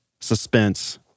suspense